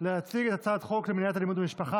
להציג את הצעת חוק למניעת אלימות במשפחה